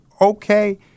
okay